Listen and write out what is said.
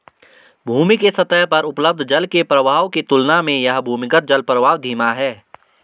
भूमि के सतह पर उपलब्ध जल के प्रवाह की तुलना में यह भूमिगत जलप्रवाह धीमा है